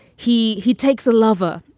he he takes a lover.